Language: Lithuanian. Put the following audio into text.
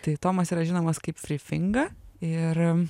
tai tomas yra žinomas kaip frifinga ir